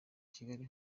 kigali